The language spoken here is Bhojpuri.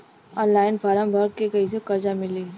ऑनलाइन फ़ारम् भर के कैसे कर्जा मिली?